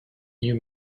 new